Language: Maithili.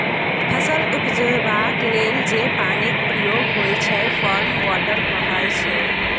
फसल उपजेबाक लेल जे पानिक प्रयोग होइ छै फार्म वाटर कहाइ छै